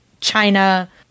China